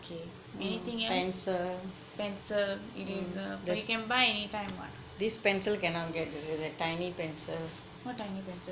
okay anything else pencil eraser but you can buy anytime what what tiny pencil